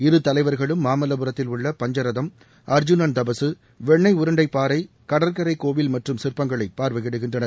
இரு தலைவா்களும் மாமல்வபுரத்தில் உள்ள பஞ்சரதம் அர்ஜனன் தபசு வெண்ணை உருண்டைப் பாறை கடற்கரை கோவில் மற்றும் சிற்பங்களை பார்வையிடுகின்றனர்